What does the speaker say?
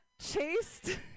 chased